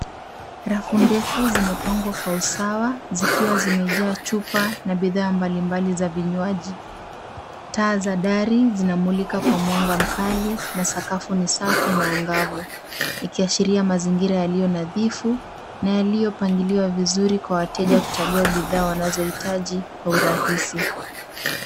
Rafu ndefu zimepangwa kwa usawa zikiwa zimejaa chupa na bidhaa mbalimbali za vinywaji. Taa za dari zinamulika kwa mwanga mkali na sakafu ni safi na angavu, ikiashiria mazingira yaliyo nadhifu na yalipangiliwa vizuri kwa wateja kuchagua bidhaa wanazoitaji kwa urahisi.